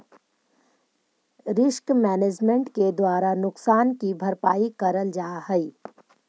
risk management के द्वारा नुकसान की भरपाई करल जा हई